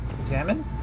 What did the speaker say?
Examine